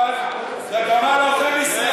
זה גמל עוכר ישראל.